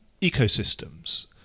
ecosystems